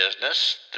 business